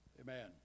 Amen